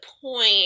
point